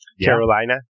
Carolina